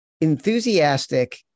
enthusiastic